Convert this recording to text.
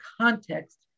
context